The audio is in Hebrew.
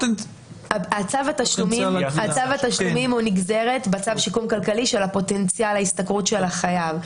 צו התשלומים הוא נגזרת בצו שיקום כלכלי של פוטנציאל ההשתכרות של החייב.